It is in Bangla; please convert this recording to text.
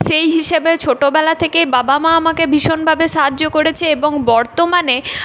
সেই হিসাবে ছোটোবেলা থেকেই বাবা মা আমাকে ভীষণভাবে সাহায্য করেছে এবং বর্তমানে